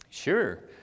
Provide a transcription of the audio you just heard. Sure